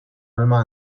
alma